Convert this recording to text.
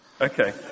Okay